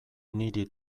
niri